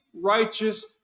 righteous